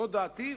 זו דעתי,